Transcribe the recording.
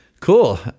Cool